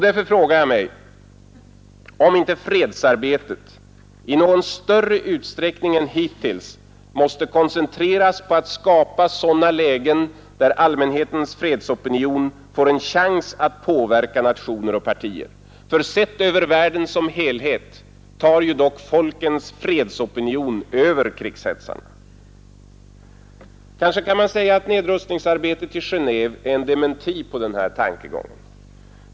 Därför frågar jag mig om inte fredsarbetet i någon större utsträckning än hittills måste koncentreras på att skapa sådana lägen där allmänhetens fredsopinion får en chans att påverka nationer och partier. För sett över världen som helhet tar dock folkens fredsopinion över krigshetsarna. Kanske kan man säga att nedrustningsarbetet i Genéve är en dementi på denna tankegång.